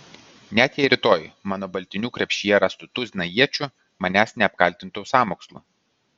net jei rytoj mano baltinių krepšyje rastų tuziną iečių manęs neapkaltintų sąmokslu